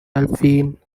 alpine